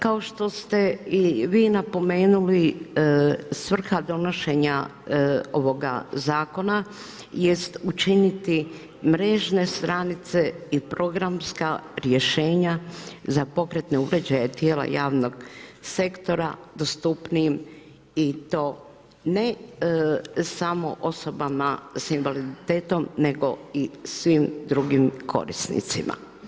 Kao što se i vi napomenuli, svrha donošenja ovoga zakona jest učiniti mrežne stranice i programska rješenja za pokretne uređaje tijela javnog sektora dostupnijim i to ne samo osobama sa invaliditetom nego i svim drugim korisnicima.